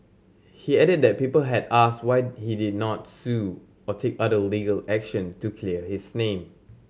he added that people had asked why he did not sue or take other legal action to clear his name